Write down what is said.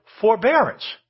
forbearance